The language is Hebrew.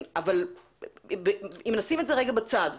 אם נשים את זה רגע בצד,